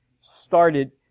started